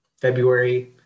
February